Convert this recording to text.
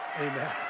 Amen